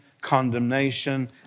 condemnation